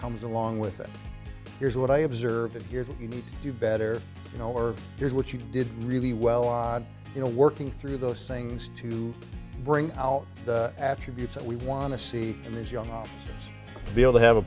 comes along with it here's what i observed and here's what you need to do better you know or here's what you did really well odd you know working through those things to bring out attributes that we want to see in these young officers to be